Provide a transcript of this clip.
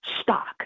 stock